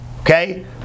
okay